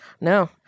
no